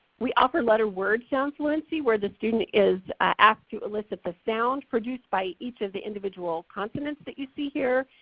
we offer letter word sound fluency where the student is asked to elicit the sound produced by each of the individual consonants that you see here.